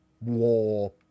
war